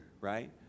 right